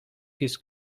his